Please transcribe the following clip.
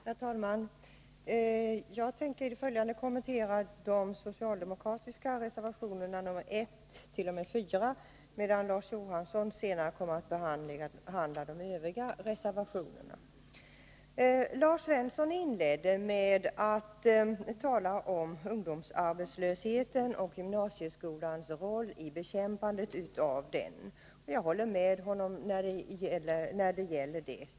Herr talman! Jag skall i det följande kommentera de socialdemokratiska reservationerna 1-4, medan Larz Johansson senare kommer att behandla de övriga reservationerna. Lars Svensson inledde med att tala om ungdomsarbetslösheten och gymnasieskolans roll i bekämpandet av den. Jag håller med honom i det resonemanget.